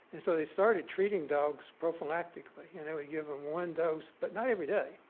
and so, they started treating dogs prophylactically and they would give them one dose but not every day,